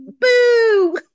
boo